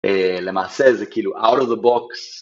למעשה זה כאילו out of the box